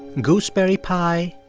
gooseberry pie,